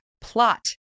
plot